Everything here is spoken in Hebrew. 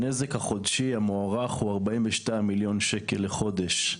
הנזק החודשי המוערך הוא 42 מיליון שקל לחודש,